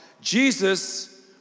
Jesus